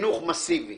מאסיבי